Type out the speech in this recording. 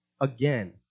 again